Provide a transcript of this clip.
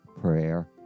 prayer